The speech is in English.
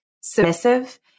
submissive